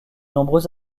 nombreux